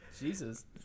Jesus